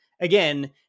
again